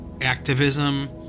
activism